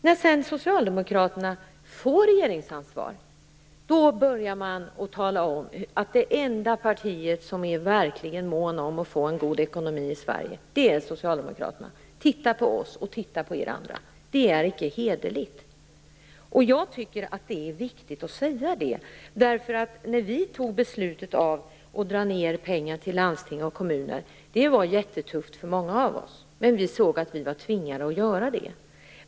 När sedan Socialdemokraterna fick regeringsansvar började man tala om att de enda som verkligen var måna om att få en god ekonomi i Sverige, det var Socialdemokraterna. Titta på oss, och titta på er andra! Det är icke hederligt. Jag tycker att detta är viktigt att säga. Att fatta beslut om att minska på pengarna till landsting och kommuner var jättetufft för många av oss, men vi såg att vi var tvingade att göra det.